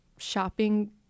shopping